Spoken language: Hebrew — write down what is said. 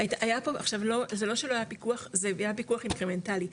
עכשיו זה לא שלא היה פיקוח זה היה פיקוח אינקרימנטלי,